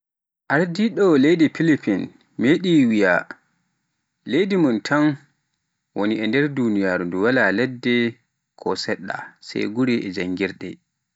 Ardiɗo Leydi Philippines medi wiya leydi mun tan woni e duniyaaru ndu wala ladde ko seɗɗa, sai gure e janngirde.